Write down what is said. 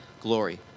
glory